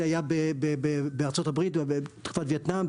זה היה בארצות הברית בתקופת וייטנאם,